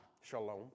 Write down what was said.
shalom